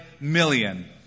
million